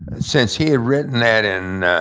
since he had written that in,